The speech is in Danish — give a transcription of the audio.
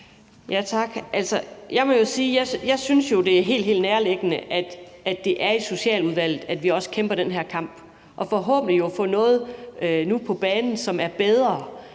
jeg synes, det er helt, helt nærliggende, at det er i Socialudvalget, vi kæmper den her kamp og vi nu forhåbentlig får noget på banen, som er bedre